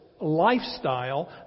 lifestyle